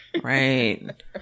Right